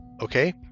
okay